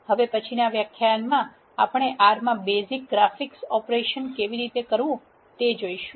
હવે પછીનાં વ્યાખ્યાનમાં આપણે R માં બેજીક ગ્રાફિક્સગraphics ઓપરેશન કેવી રીતે કરવું તે જોઈશુ